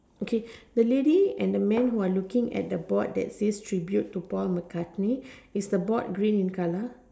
okay the lady and the men who're looking at the board that says Tribute to Paul McCartney is the board green in color